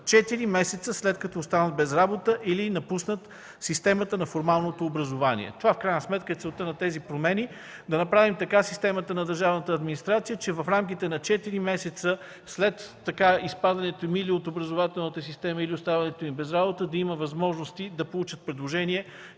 месеца след като останат без работа или напуснат системата на формалното образование. В крайна сметка това е целта на тези промени – да направим така системата на държавната администрация, че в рамките на четири месеца след изпадането им от образователната система или оставането им без работа да имат възможност да получат предложения